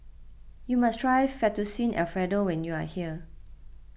you must try Fettuccine Alfredo when you are here